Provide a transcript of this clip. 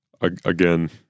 Again